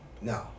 No